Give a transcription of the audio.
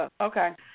Okay